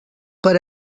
per